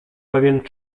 pewien